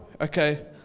okay